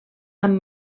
amb